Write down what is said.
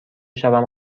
شوم